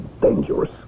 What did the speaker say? dangerous